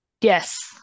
Yes